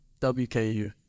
WKU